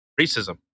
racism